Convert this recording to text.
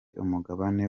umugabane